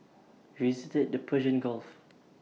we visited the Persian gulf